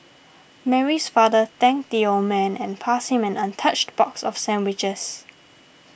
Mary's father thanked the old man and passed him an untouched box of sandwiches